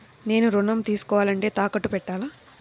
నేను ఋణం తీసుకోవాలంటే తాకట్టు పెట్టాలా?